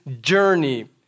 journey